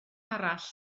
arall